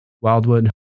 Wildwood